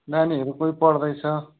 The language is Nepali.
नानीहरू कोही पढ्दैछ